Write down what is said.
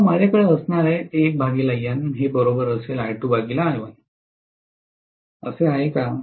तर माझ्याकडे असणार आहे असे आहे का